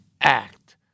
act